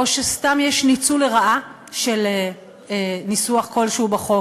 או שסתם יש ניצול לרעה של ניסוח כלשהו בחוק,